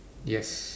yes